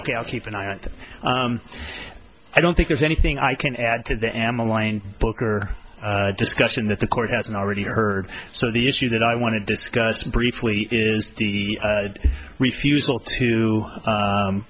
ok i'll keep an eye on them i don't think there's anything i can add to the am online book or discussion that the court hasn't already heard so the issue that i want to discuss briefly is the refusal to